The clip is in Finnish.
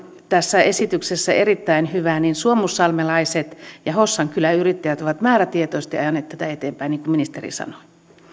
tässä esityksessä erittäin hyvää on se että suomussalmelaiset ja hossan kylän yrittäjät ovat määrätietoisesti ajaneet tätä eteenpäin niin kuin ministeri sanoi